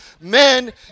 Men